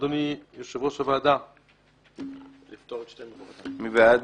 מי בעד